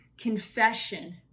confession